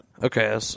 Okay